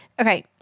Okay